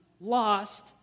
lost